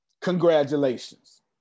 Congratulations